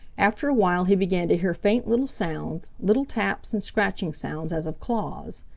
after a while he began to hear faint little sounds, little taps, and scratching sounds as of claws.